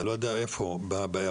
במקום?